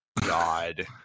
god